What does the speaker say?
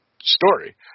story